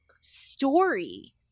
story